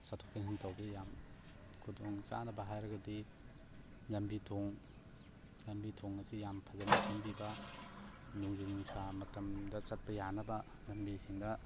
ꯆꯠꯊꯣꯛ ꯆꯁꯤꯟ ꯇꯧꯕꯗ ꯌꯥꯝ ꯈꯨꯗꯣꯡ ꯆꯥꯗꯕ ꯍꯥꯏꯔꯒꯗꯤ ꯂꯝꯕꯤ ꯊꯣꯡ ꯂꯝꯕꯤ ꯊꯣꯡ ꯑꯁꯤ ꯌꯥꯝ ꯐꯖꯟꯅ ꯁꯦꯝꯕꯤꯕ ꯅꯣꯡꯖꯨ ꯅꯨꯡꯁꯥ ꯃꯇꯝꯗ ꯆꯠꯄ ꯌꯥꯅꯕ ꯂꯝꯕꯤꯁꯤꯡꯗ